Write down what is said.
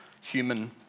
human